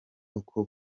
uko